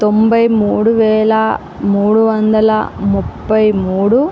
తొంభై మూడు వేల మూడు వందల ముప్పై మూడు